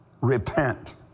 repent